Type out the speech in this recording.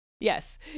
Yes